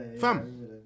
Fam